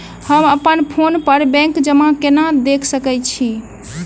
हम अप्पन फोन पर बैंक जमा केना देख सकै छी?